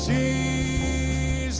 see